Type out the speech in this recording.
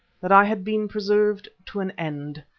that i had been preserved to an end.